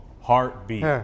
Heartbeat